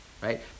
right